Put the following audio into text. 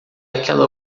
aquela